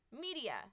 Media